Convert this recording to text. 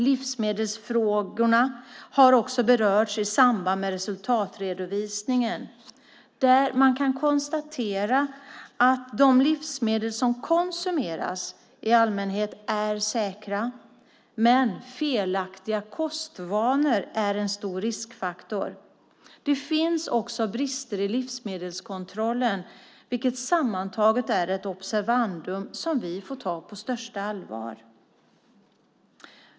Livsmedelsfrågorna har också berörts i samband med resultatredovisningen, där man kan konstatera att de livsmedel som konsumeras i allmänhet är säkra, men felaktiga kostvanor är en stor riskfaktor. Det finns också brister i livsmedelskontrollen, vilket sammantaget är ett observandum som vi får ta på största allvar.